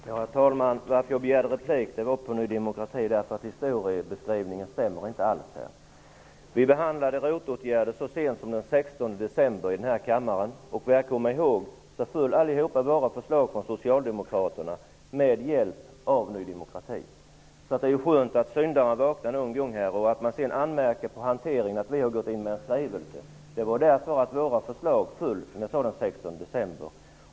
Herr talman! Jag begärde ordet därför att Ny demokratis historiebeskrivning inte alls stämmer. Vi behandlade ROT-åtgärder så sent som den 16 december i denna kammare. Enligt vad jag kommer ihåg föll, med hjälp av Ny demokrati, alla förslag från socialdemokraterna. Det är ju skönt att syndaren vaknar någon gång. Ny demokrati anmärker sedan på hanteringen. Att vi har inkommit med en skrivelse beror på att våra förslag föll den 16 december.